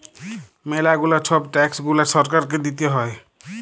ম্যালা গুলা ছব ট্যাক্স গুলা সরকারকে দিতে হ্যয়